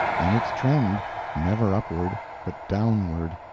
and its trend never upward, but downward,